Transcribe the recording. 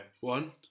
one